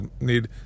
need